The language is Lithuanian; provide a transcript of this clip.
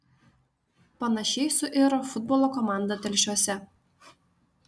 panašiai suiro futbolo komanda telšiuose